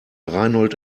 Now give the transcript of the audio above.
reinhold